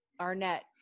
Arnett